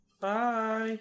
bye